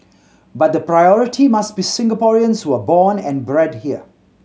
but the priority must be Singaporeans who are born and bred here